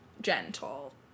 gentle